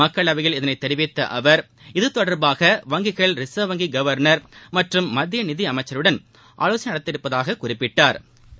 மக்களவையில் இதனைத் தெரிவித்த அவர் இது தொடர்பாக வங்கிகள் ரிசா்வ் வங்கி கவர்னர் மற்றும் மத்திய நிதி அமைச்சருடன் ஆலோசனை நடத்தியிருப்பதாகக் குறிப்பிட்டாா்